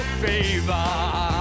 favor